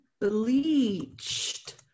bleached